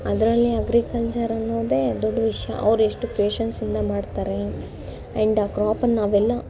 ಅದರಲ್ಲಿ ಅಗ್ರಿಕಲ್ಚರ್ ಅನ್ನೋದೇ ದೊಡ್ಡ ವಿಷಯ ಅವ್ರು ಎಷ್ಟು ಪೇಶನ್ಸಿಂದ ಮಾಡ್ತಾರೆ ಆ್ಯಂಡ್ ಆ ಕ್ರಾಪನ್ನ ನಾವೆಲ್ಲ